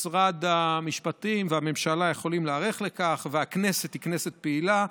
משרד המשפטים והממשלה יכולים להיערך לכך והכנסת היא כנסת פעילה.